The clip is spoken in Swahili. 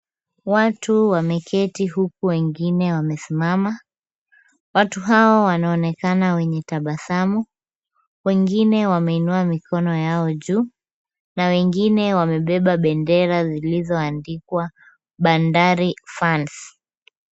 Watu wameketi huku wengine wamesimama. Watu hawa wanaonekana wenye tabasamu. Wengine wameinua mikono yao juu na wengine wamebeba bendera zilizoandikwa Bandari fans .